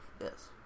Yes